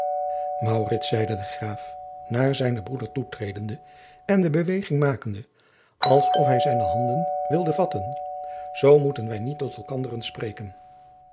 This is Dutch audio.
zeide de graaf naar zijnen broeder toetredende en de beweging makende alsof hij jacob van lennep de pleegzoon zijne handen wilde vatten zoo moeten wij niet tot elkanderen spreken